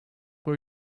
were